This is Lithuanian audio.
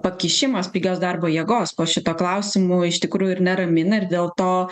pakišimas pigios darbo jėgos po šituo klausimu iš tikrųj ir neramina ir dėl to